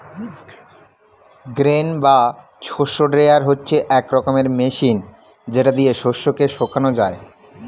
grain বা শস্য dryer হচ্ছে এক রকমের মেশিন যেটা দিয়ে শস্য কে শোকানো যায়